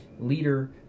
leader